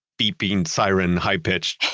beeping siren, high-pitched,